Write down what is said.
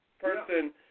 person